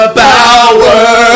power